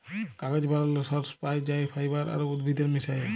কাগজ বালালর সর্স পাই যাই ফাইবার আর উদ্ভিদের মিশায়া